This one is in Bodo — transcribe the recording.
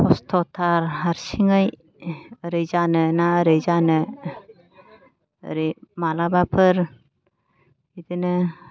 खस्थ'थार हारसिङै ओरै जानो ना ओरै जानो ओरै मालाबाफोर बिदिनो